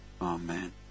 Amen